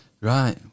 Right